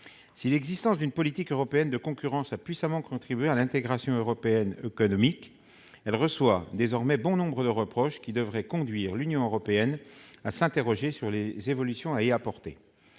Si l'existence d'une politique européenne de concurrence a puissamment contribué à l'intégration économique européenne, celle-ci se voit désormais adresser bon nombre de reproches, qui devraient conduire l'Union européenne à s'interroger sur les évolutions à y apporter.